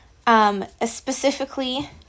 specifically